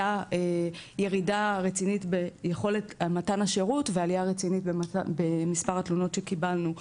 ירידה רצינית ביכולת מתן השירות ועליה רצינית במספר התלונות שקיבלנו.